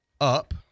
up